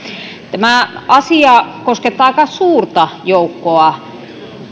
tämä asia koskettaa aika suurta joukkoa